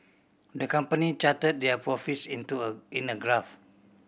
the company charted their profits into a in a graph